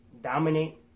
dominate